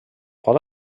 pot